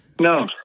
No